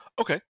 Okay